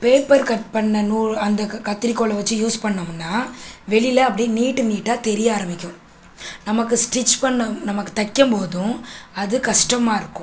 paper cut பண்ண நூல் அந்த க க கத்திரிக்கோலை வச்சு யூஸ் பண்ணோமுன்னால் வெளியில அப்படியே நீட்டு நீட்டாக தெரிய ஆரம்பிக்கும் நமக்கு ஸ்டிச் பண்ண நமக்கு தைக்கும்போதும் அது கஷ்டமாக இருக்கும்